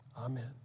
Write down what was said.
Amen